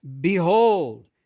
behold